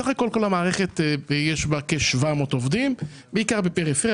כל המערכת יש בה כ-700 עובדים בעיקר בפריפריה,